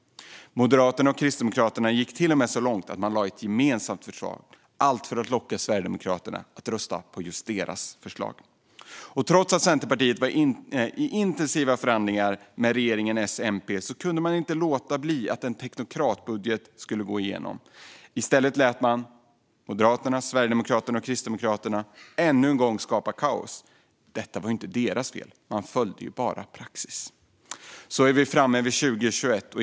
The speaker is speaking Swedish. Moderaterna och Kristdemokraterna gick till och med så långt att de lade fram ett gemensamt förslag - allt för att locka Sverigedemokraterna att rösta på just deras förslag. Trots att Centerpartiet var inne i intensiva förhandlingar med regeringen S-MP kunde man inte låta en teknokratbudget gå igenom. I stället lät man Moderaterna, Sverigedemokraterna och Kristdemokraterna ännu en gång skapa kaos. Detta var ju inte deras fel - man följde ju bara praxis. Så är vi framme vid 2021.